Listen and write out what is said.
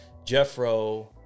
jeffro